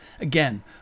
Again